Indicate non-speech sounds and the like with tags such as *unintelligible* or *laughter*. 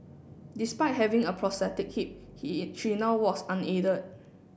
despite having a prosthetic hip *unintelligible* she now walks unaided